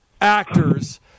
actors